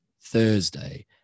Thursday